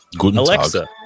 Alexa